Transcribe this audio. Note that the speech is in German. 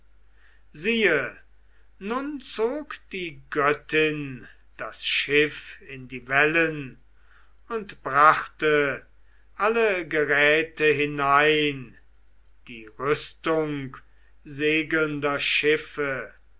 siehe nun zog die göttin das schiff in die wellen und brachte alle geräte hinein die rüstung segelnder schiffe